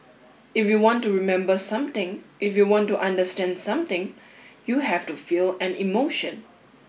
if you want to remember something if you want to understand something you have to feel an emotion